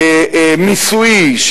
מיסויי,